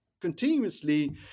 continuously